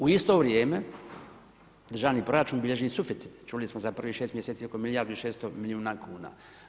U isto vrijeme državni proračun bilježi suficit, čuli smo za prvih 6 mjeseci oko milijardu i 600 milijuna kuna.